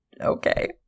Okay